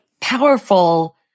powerful